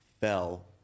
fell